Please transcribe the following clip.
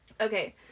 Okay